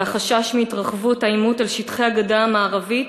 והחשש מהתרחבות העימות אל שטחי הגדה המערבית